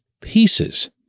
pieces